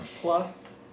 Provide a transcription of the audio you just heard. Plus